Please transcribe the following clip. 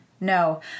No